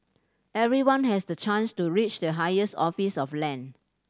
everyone has the chance to reach the highest office of land